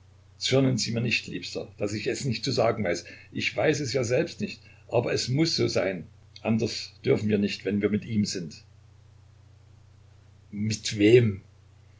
sie mir nicht liebster daß ich es nicht zu sagen weiß ich weiß es ja selbst nicht aber es muß so sein anders dürfen wir nicht wenn wir mit ihm sind mit wem